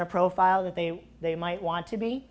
their profile that they they might want to be